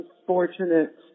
unfortunate